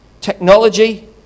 technology